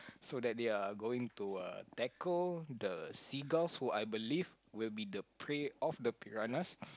so that they are going to uh tackle the seagulls which I believe will be the prey of the piranhas